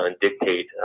dictate